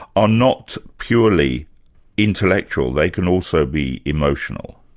are not purely intellectual. they can also be emotional.